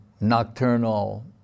nocturnal